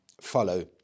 follow